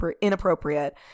inappropriate